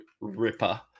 ripper